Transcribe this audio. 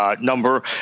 number